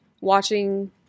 watching